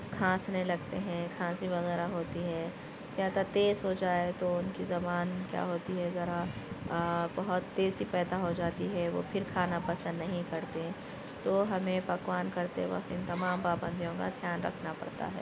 کھانسنے لگتے ہیں کھانسی وغیرہ ہوتی ہے زیادہ تیز ہو جائے تو ان کی زبان کیا ہوتی ہے ذرا بہت تیزی پیدا ہو جاتی ہے وہ پھر کھانا پسند نہیں کرتے تو ہمیں پکوان کرتے وقت ان تمام پابندیوں کا خیال رکھنا پڑتا ہے